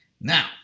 now